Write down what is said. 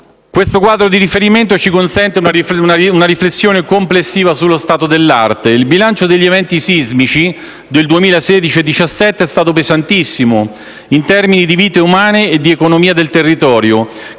Questo quadro di riferimento ci consente una riflessione complessiva sullo stato dell'arte. Il bilancio degli eventi sismici del 2016-2017 è stato pesantissimo in termini di vite umane e di economia del territorio,